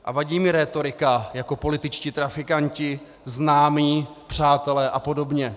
A vadí mi rétorika jako političtí trafikanti, známí, přátelé apod.